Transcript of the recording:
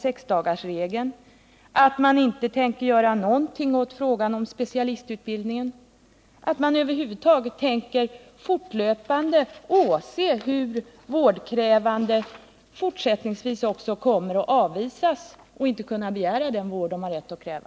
sexdagarsregeln, att man inte tänker göra någonting åt frågan om specialistutbildningen och att man över huvud taget fortlöpande tänker åse hur vårdkrävande också i fortsättningen kommer att avvisas utan att de kan begära den vård de har rätt att kräva?